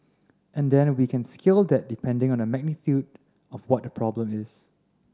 and then we can scale that depending on the magnitude of what the problem is